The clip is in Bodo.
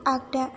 आगदा